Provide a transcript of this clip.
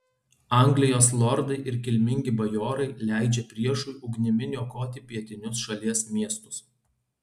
anglijos lordai ir kilmingi bajorai leidžia priešui ugnimi niokoti pietinius šalies miestus